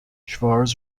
schwarz